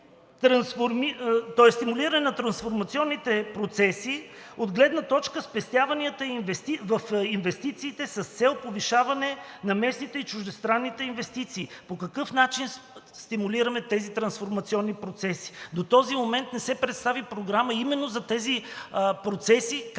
стимулиране на трансформационните процеси от гледна точка спестяванията в инвестициите с цел повишаване на местните и чуждестранните инвестиции. По какъв начин стимулираме тези трансформационни процеси? До този момент не се представи програма именно за тези процеси